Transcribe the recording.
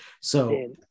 So-